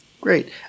Great